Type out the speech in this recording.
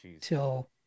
Till